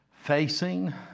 facing